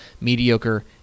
mediocre